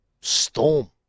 storm